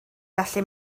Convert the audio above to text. gallu